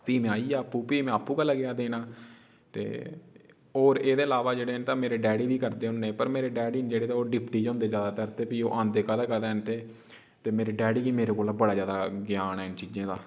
फ्ही में आई गेआ आपूं फ्ही में आपूं गै लग्गेआ देन पानी ते होर एह्दे इलावा जेह्ड़े न ते मेरे डैडी बी करदे होंदे पर मेरे डैडी न जेह्ड़े न ते ओह् डिप्टी पर होंदे ज्यादातर ते फ्ही ओह् आंदे कदें कदें न ते मेरे डैडी गी मेरे कोला बड़ा ज्यादा ज्ञान ऐ इन चीजें दा